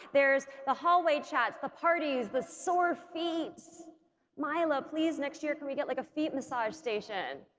there's the hallway chats, the parties the sore feet mila, please next year can we get like a feet massage station?